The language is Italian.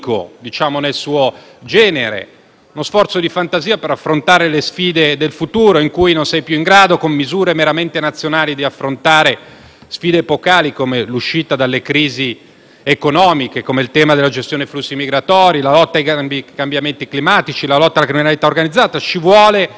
uno sforzo di fantasia per affrontare le sfide del futuro, quelle che non si è in grado di affrontare con misure meramente nazionali; per sfide epocali come l'uscita dalle crisi economiche, la gestione dei flussi migratori, la lotta ai cambiamenti climatici, la lotta alla criminalità organizzata ci vogliono spalle larghe e una dimensione